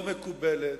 לא מקובלת,